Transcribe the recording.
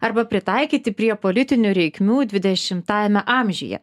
arba pritaikyti prie politinių reikmių dvidešimtajame amžiuje